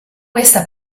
questa